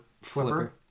flipper